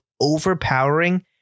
overpowering